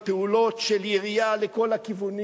פעולות של ירייה לכל הכיוונים: